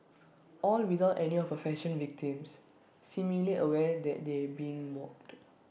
all without any of fashion victims seemingly aware that they being mocked